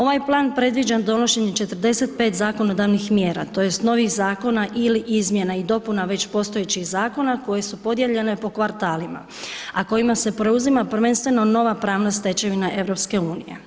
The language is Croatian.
Ovaj plan predviđa donošenje 45 zakonodavnih mjera tj. novih zakona ili izmjena i dopuna već postojećih zakona koje su podijeljene po kvartalima, a kojima se preuzima prvenstveno nova pravna stečevina EU.